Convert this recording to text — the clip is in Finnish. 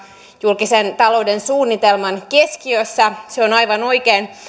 julkisen talouden suunnitelman keskiössä se on aivan oikein